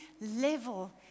level